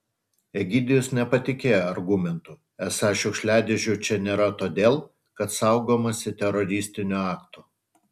egidijus nepatikėjo argumentu esą šiukšliadėžių čia nėra todėl kad saugomasi teroristinių aktų